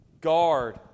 Guard